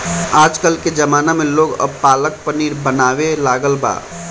आजकल के ज़माना में लोग अब पालक पनीर बनावे लागल बा